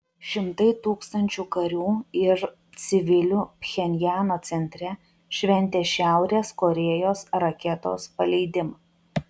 šimtai tūkstančių karių ir civilių pchenjano centre šventė šiaurės korėjos raketos paleidimą